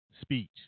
speech